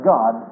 God